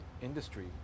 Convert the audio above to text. industry